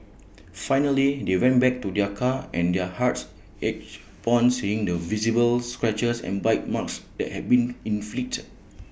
finally they went back to their car and their hearts ached upon seeing the visible scratches and bite marks that had been inflicted